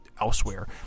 elsewhere